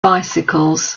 bicycles